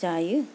जायो